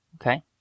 Okay